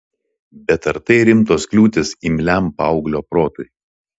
bet ar tai rimtos kliūtys imliam paauglio protui